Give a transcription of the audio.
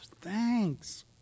thanks